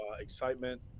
excitement